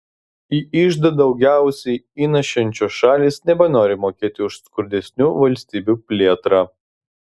į iždą daugiausiai įnešančios šalys nebenori mokėti už skurdesnių valstybių plėtrą